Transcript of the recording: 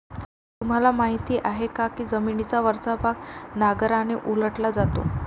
तुम्हाला माहीत आहे का की जमिनीचा वरचा भाग नांगराने उलटला जातो?